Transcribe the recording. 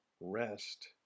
rest